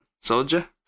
Soldier